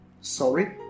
sorry